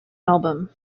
album